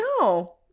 no